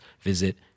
visit